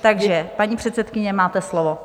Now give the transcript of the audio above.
Takže paní předsedkyně, máte slovo.